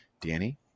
Danny